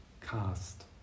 cast